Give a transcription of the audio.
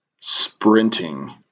sprinting